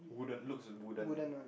wooden looks wooden